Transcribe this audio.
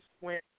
went